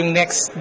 next